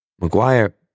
Maguire